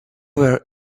were